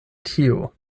tio